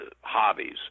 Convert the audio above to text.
hobbies